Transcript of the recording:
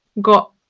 got